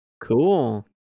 Cool